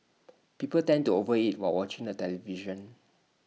people tend to over eat while watching the television